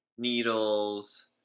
needles